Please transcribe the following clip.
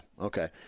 Okay